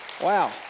Wow